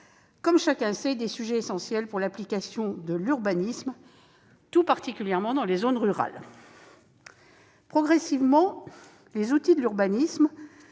et aux POS, ces sujets essentiels pour l'urbanisme, tout particulièrement dans les zones rurales. Progressivement, les outils de l'urbanisme